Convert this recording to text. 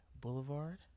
Boulevard